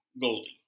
Goldie